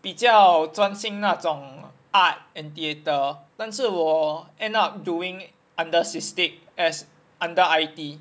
比较专心那种 art and theatre 但是我 end up doing under SISTIC as under I_T